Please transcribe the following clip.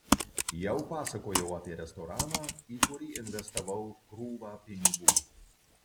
jau pasakojau apie restoraną į kurį investavau krūvą pinigų